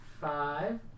five